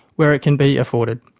where it can be afforded.